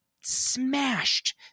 smashed